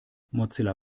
mozilla